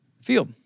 field